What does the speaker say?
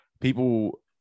People